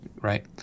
right